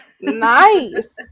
Nice